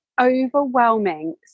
overwhelming